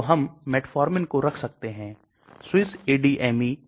यदि मैं आयनीकरण समूह को हटा देता हूं तो पारगम्यता बढ़ जाती है